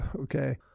okay